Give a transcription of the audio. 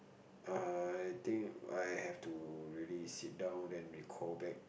I think I have to really sit down and recall back